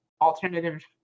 alternative